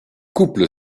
couple